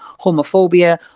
homophobia